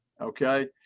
okay